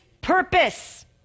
purpose